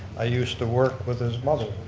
i used to work with his mother,